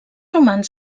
romans